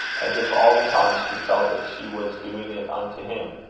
as if all the time she felt that she was doing it unto him.